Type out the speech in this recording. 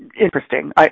interesting